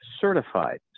certified